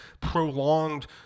prolonged